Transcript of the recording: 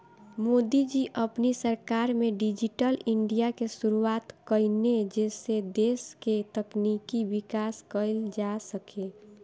मोदी जी अपनी सरकार में डिजिटल इंडिया के शुरुआत कईने जेसे देस के तकनीकी विकास कईल जा सके